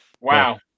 Wow